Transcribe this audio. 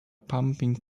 pumping